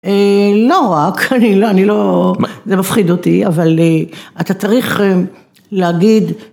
אה... לא רק. הא הא אני לא... זה מפחיד אותי. אבל אה... אתה צריך אה... להגיד...